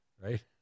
right